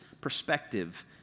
perspective